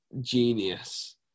genius